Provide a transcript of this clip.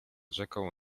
rzeką